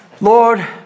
Lord